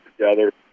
together